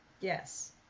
Yes